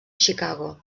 chicago